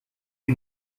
die